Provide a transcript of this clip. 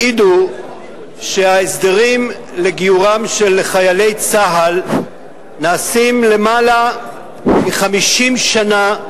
העידו שההסדרים לגיורם של חיילי צה"ל נעשים למעלה מ-50 שנה,